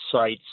sites